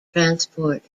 transport